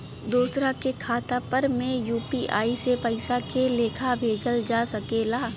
दोसरा के खाता पर में यू.पी.आई से पइसा के लेखाँ भेजल जा सके ला?